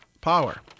power